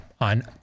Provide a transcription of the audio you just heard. on